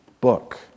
book